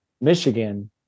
Michigan